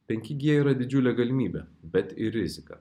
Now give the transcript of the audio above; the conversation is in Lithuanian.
penki g yra didžiulė galimybė bet ir rizika